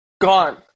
Gone